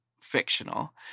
fictional